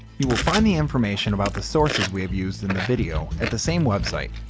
you will find the information about the sources we have used in the video at the same website.